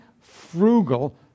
frugal